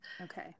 Okay